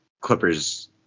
Clippers